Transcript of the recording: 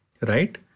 right